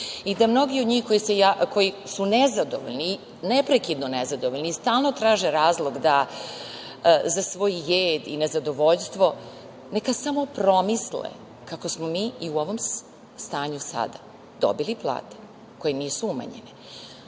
i da mnogi od njih koji se su nezadovoljni i neprekidno nezadovoljni i stalno traže razlog da za svoj jed i nezadovoljstvo, neka samo promisle kako smo mi i u ovom stanju sad dobili plate koje nisu umanjene.